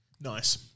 nice